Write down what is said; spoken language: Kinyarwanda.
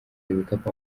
ibikapu